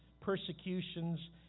persecutions